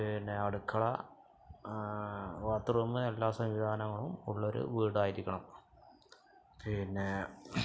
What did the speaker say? പിന്നെ അടുക്കള ബാത്ത്റൂം എല്ലാ സംവിധാനങ്ങളും ഉള്ളൊരു വീടായിരിക്കണം പിന്നെ